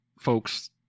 folks